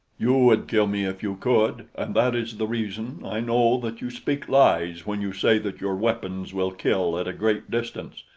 you would kill me if you could, and that is the reason i know that you speak lies when you say that your weapons will kill at a great distance.